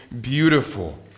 beautiful